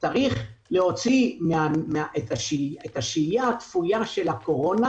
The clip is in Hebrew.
יש להוציא את השהייה הכפויה של הקורונה